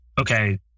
okay